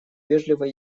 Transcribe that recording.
вежливо